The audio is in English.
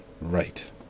Right